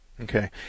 Okay